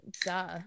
duh